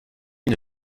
une